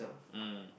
um